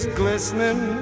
glistening